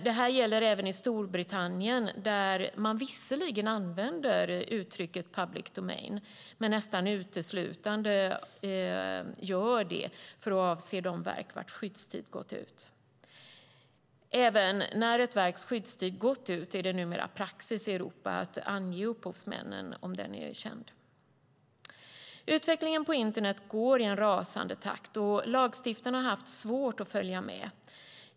Detta gäller även i Storbritannien, där man visserligen använder uttrycket public domain men nästan uteslutande avser de verk vars skyddstid gått ut. Även när ett verks skyddstid gått ut är det numera praxis i Europa att ange upphovsmannen om denne är känd. Utvecklingen på internet går i en rasande takt, och lagstiftarna har haft svårt att följa med.